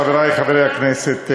חברי חברי הכנסת,